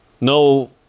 No